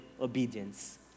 obedience